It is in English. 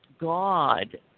God